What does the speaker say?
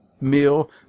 meal